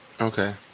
Okay